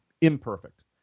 imperfect